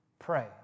Pray